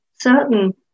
certain